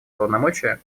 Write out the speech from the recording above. полномочия